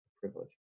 privilege